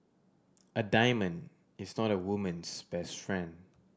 a diamond is not a woman's best friend